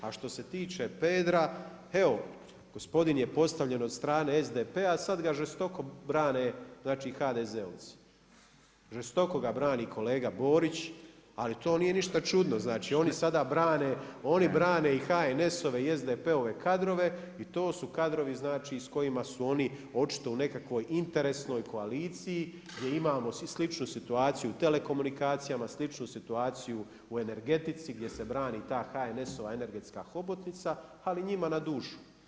A što se tiče Pedra, evo gospodin je postavljen od strane SDP-a a sada ga žestoko brane znači HDZ-ovci, žestoko ga brani kolega Borić ali to nije ništa čudno znači oni sada brane, oni brane i HNS-ove i SDP-ove kadrove i to su kadrovi znači i s kojima su oni očito u nekakvoj interesnoj koaliciji gdje imamo sličnu situaciju u telekomunikacijama, sličnu situaciju u energetici gdje se brani ta HNS-ova energetska hobotnica ali njima na dušu.